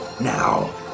now